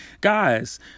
Guys